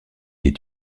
est